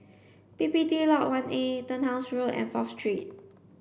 P P T Lodge one A Turnhouse Road and Fourth Street